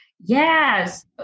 Yes